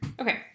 okay